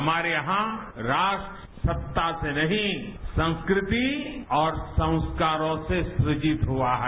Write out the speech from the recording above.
हमारे यहां राष्ट्र सत्ता से नहीं संस्कृति और संस्कारों से सृजित हुआ है